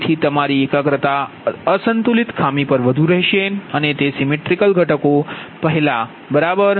તેથી અમારી એકાગ્રતા અસંતુલિત ખામી પર વધુ હશે અને તે symmetrical components સિમેટ્રિકલ ઘટકો પહેલાં બરાબર